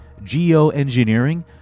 Geoengineering